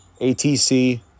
ATC